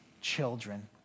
children